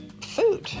food